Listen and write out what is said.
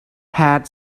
had